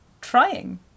trying